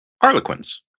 Harlequins